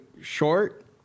short